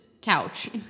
couch